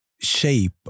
shape